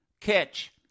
catch